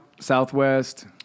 Southwest